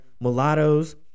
mulattoes